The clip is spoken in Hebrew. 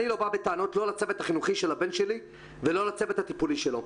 אני לא בא בטענות לא לצוות החינוכי של הבן שלי ולא לצוות הטיפולי שלו.